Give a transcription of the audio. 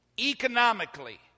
economically